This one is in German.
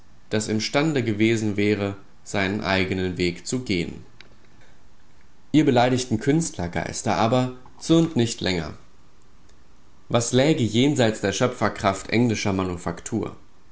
das imstande gewesen wäre seinen eigenen weg zu gehen ihr beleidigten künstlergeister aber zürnt nicht länger was läge jenseits der schöpferkraft englischer manufaktur